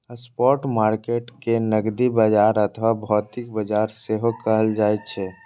spot market कें नकदी बाजार अथवा भौतिक बाजार सेहो कहल जाइ छै